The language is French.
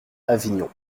avignon